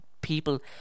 people